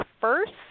first